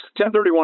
1031